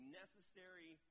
necessary